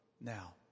now